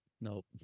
Nope